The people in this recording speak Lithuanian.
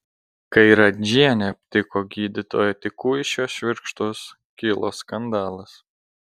kai radžienė aptiko gydytojo tikuišio švirkštus kilo skandalas